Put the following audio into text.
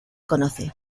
conoce